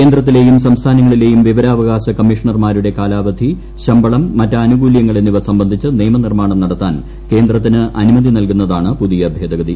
കേന്ദ്രത്തിലെയും സംസ്ഥാനങ്ങളിലെയും വിവരാവകാശ കമ്മീഷണർമാരുടെ കാലാവധി ശമ്പളം മറ്റാനുകൂല്യങ്ങൾ എന്നിവ സംബന്ധിച്ച് നിയമ നിർമ്മാണം നടത്താൻ കേന്ദ്രത്തിന് അനുമതി നൽകുന്നതാണ് പുതിയ ഭേദഗതി